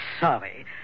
sorry